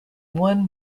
won